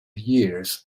years